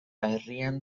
herrian